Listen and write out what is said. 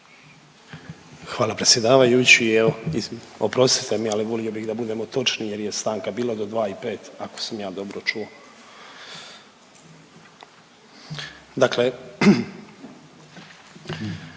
Hvala predsjedavajući, evo, oprostite mi ali volio bih da budemo točni jer je stanka bila do 2 i 5 ako sam ja dobro čuo.